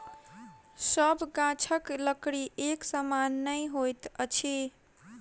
सभ गाछक लकड़ी एक समान नै होइत अछि